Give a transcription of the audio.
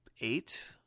eight